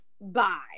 bye